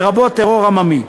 לרבות טרור עממי.